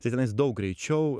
tai tenais daug greičiau